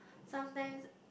sometimes